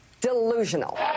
delusional